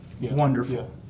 wonderful